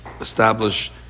establish